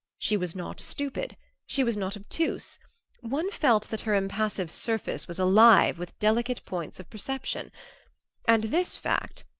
she was not stupid she was not obtuse one felt that her impassive surface was alive with delicate points of perception and this fact,